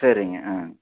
சரிங்க ஆ